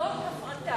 זאת הפרטה,